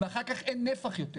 ואחר כך אין נפח יותר.